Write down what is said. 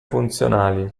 funzionali